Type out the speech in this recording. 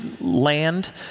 land